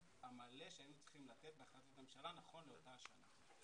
המלא שהיינו צריכים לתת בהחלטת הממשלה נכון לאותה השנה.